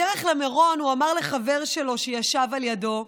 בדרך למירון הוא אמר לחבר שלו שישב על ידו: